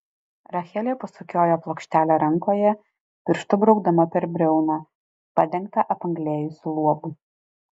rachelė pasukiojo plokštelę rankoje pirštu braukdama per briauną padengtą apanglėjusiu luobu